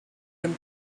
him